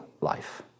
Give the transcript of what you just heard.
life